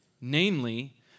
namely